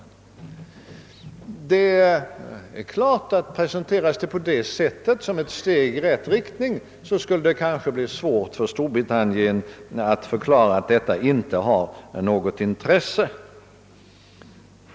Presenteras förslaget på det sättet som ett steg i rätt riktning skulle det kanske vara svårt för Storbritannien att förklara, att det inte har något intresse därav.